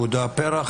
יהודה פרח,